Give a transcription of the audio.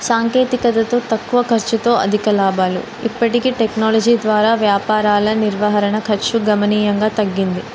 సాంకేతికతతో తక్కువ ఖర్చుతో అధిక లాభాలు ఇప్పటికీ టెక్నాలజీ ద్వారా వ్యాపారాల నిర్వహణ ఖర్చు గణనీయంగా తగ్గింది